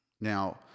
Now